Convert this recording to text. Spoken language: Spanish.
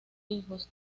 hijos